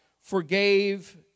forgave